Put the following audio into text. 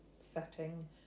setting